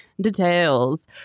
details